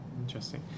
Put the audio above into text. interesting